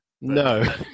No